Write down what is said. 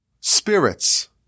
spirits